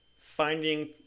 finding